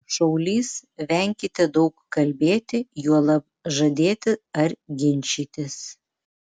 šaulys venkite daug kalbėti juolab žadėti ar ginčytis